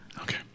Okay